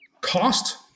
cost-